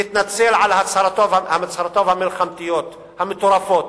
יתנצל על הצהרותיו המלחמתיות, המטורפות.